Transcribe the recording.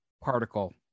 particle